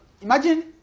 imagine